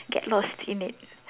get lost in it